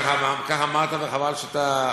ככה אמרת, וחבל שאתה,